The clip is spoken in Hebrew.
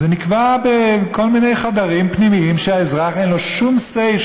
נקבע בכל מיני חדרים פנימיים כשהאזרח אין לו שום say,